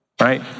Right